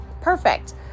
Perfect